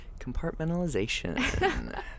Compartmentalization